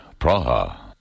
Praha